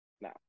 No